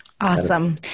Awesome